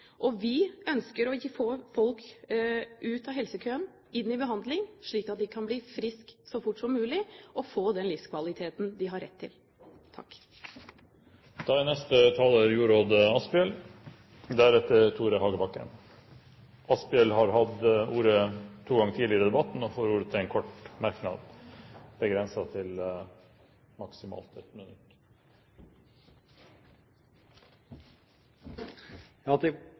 jobben. Vi mener at helsekøene er unødvendige, de er urettferdige, og de er usosiale. Vi ønsker å få folk ut av helsekøen, inn i behandling, slik at de kan bli friske så fort som mulig og få den livskvaliteten de har rett til. Jorodd Asphjell har hatt ordet to ganger tidligere og får ordet til en kort merknad, begrenset til 1 minutt.